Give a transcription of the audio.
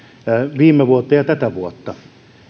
viime vuotta ja tätä vuotta